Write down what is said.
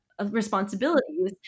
Responsibilities